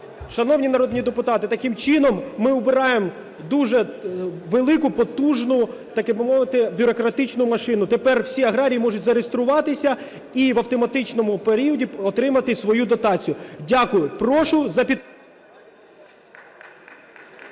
Шановні народні депутати, таким чином ми прибираємо дуже велику потужну, так би мовити, бюрократичну машину. Тепер всі аграрії можуть зареєструватися і в автоматичному періоді отримати свою дотацію. Дякую. Прошу… ГОЛОВУЮЧИЙ.